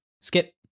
Skip